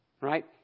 Right